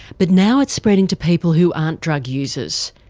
but now it's spreading to people who aren't drug users,